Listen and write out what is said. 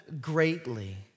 greatly